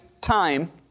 time